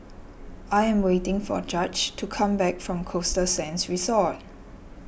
I am waiting for Judge to come back from Costa Sands Resort